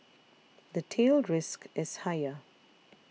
the tail risk is higher